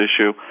issue